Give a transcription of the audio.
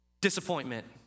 disappointment